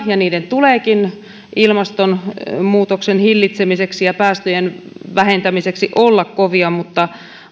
niiden tuleekin ilmastonmuutoksen hillitsemiseksi ja päästöjen vähentämiseksi olla kovia